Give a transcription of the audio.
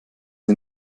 sie